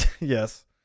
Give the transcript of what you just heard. Yes